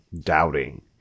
doubting